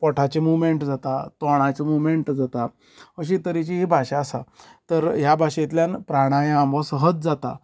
ओठाचो movement जाता तोंडाचो movement जाता अशें तरेची ही भाशा आसा तर ह्या भाशेंतल्यान प्राणायम हो सहज जाता